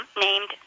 named